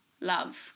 love